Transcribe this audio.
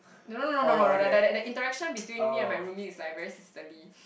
no no no no no like like the interaction between me and my roomie is like very sisterly